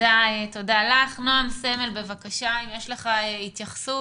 נעם סמל, בבקשה, אם יש לך התייחסות,